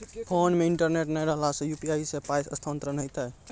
Phone मे internet नै रहला सॅ, यु.पी.आई सॅ पाय स्थानांतरण हेतै?